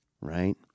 right